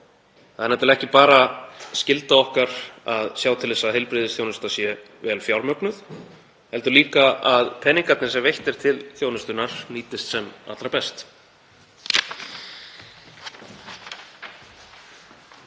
Það er nefnilega ekki bara skylda okkar að sjá til þess að heilbrigðisþjónustan sé vel fjármögnuð heldur líka að peningarnir sem veittir eru til þjónustunnar nýtist sem allra best.